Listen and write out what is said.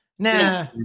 Nah